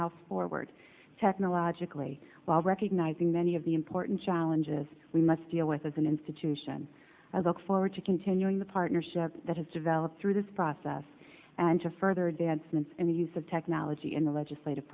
house forward technologically while recognizing many of the important challenges we must deal with as an institution i look forward to continuing the partnership that has developed through this process and to further advancements in the use of technology in the legislative